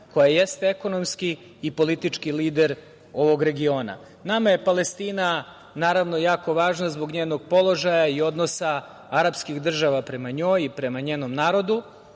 koja jeste i ekonomski i politički lider ovog regiona. Nama je Palestina, naravno, jako važna zbog njenog položaja i odnosa arapskih država prema njoj, prema njenom narodu.